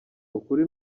ukuri